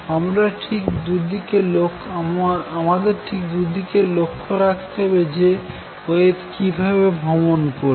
আমাদের ঠিক দুইদিকে লক্ষ্য রাখতে হবে যে ওয়েভ কিভাবে ভ্রমণ করছে